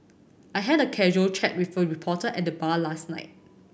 I had a casual chat with a reporter at the bar last night